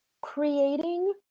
creating